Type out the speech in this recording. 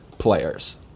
players